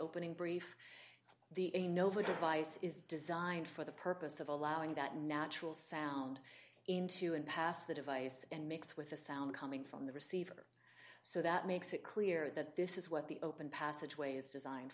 opening brief the a nova device is designed for the purpose of allowing that natural sound into and past the device and mixed with the sound coming from the receiver so that makes it clear that this is what the open passageway is designed